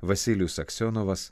vasilijus aksionovas